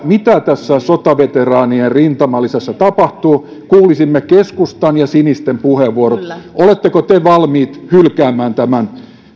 mitä tässä sotaveteraanien rintamalisässä tapahtuu että kuulisimme keskustan ja sinisten puheenvuorot oletteko te valmiit hylkäämään tämän